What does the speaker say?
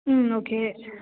okay